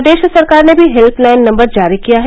प्रदेश सरकार ने भी हेल्पलाइन नम्बर जारी किया है